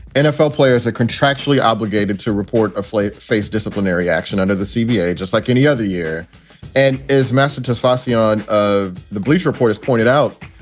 nfl players are contractually obligated to report a flat face disciplinary action under the cba just like any other year and as message as fassi on of the bleacher report has pointed out,